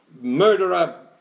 murderer